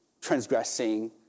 transgressing